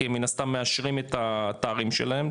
כי מן הסתם מאשרים את התארים שלהם,